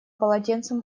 полотенцем